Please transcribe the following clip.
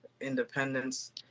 independence